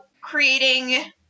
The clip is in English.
creating